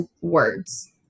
words